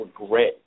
regret